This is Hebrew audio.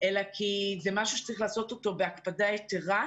אלא כי זה משהו שצריך לעשות אותו בהקפדה יתרה,